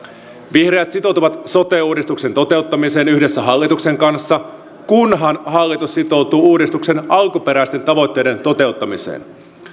vihreät sitoutuu sote uudistuksen toteuttamiseen yhdessä hallituksen kanssa kunhan hallitus sitoutuu uudistuksen alkuperäisten tavoitteiden toteuttamiseen